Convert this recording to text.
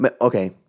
Okay